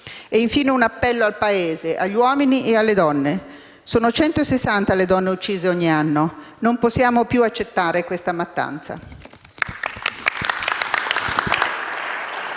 Infine, un appello al Paese, agli uomini e alle donne: sono 160 le donne uccise ogni anno; non possiamo più accettare questa mattanza.